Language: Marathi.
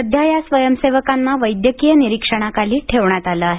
सध्या या स्वयंसेवकांना वैद्यकीय निरीक्षणाखाली ठेवण्यात आलं आहे